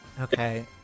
Okay